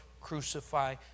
crucify